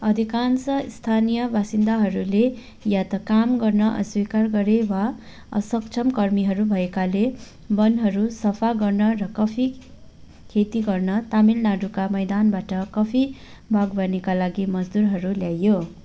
अधिकांश स्थानीय बासिन्दाहरूले या त काम गर्न अस्वीकार गरे वा असक्षम कर्मीहरू भएकाले वनहरू सफा गर्न र कफी खेती गर्न तमिलनाडूका मैदानबाट कफी बागवानीका लागि मजदुरहरू ल्याइयो